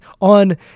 on